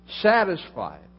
satisfied